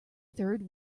third